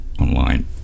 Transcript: online